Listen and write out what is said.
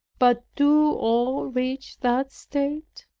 but do all reach that state?